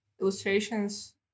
illustrations